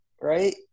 right